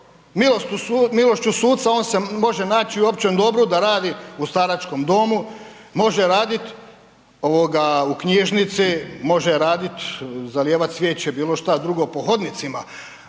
milošću suca on se može naći u općem dobru da radi u staračkom domu, može radit ovoga u knjižnici može radit, zalijevat cvijeće, bilo što drugo po hodnicima,